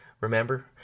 Remember